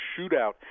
shootout